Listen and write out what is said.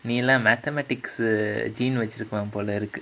நீ லாம்:nee laam mathematics jeen வச்சிருப்பான் போலருக்கு:vachiruppaan polarukku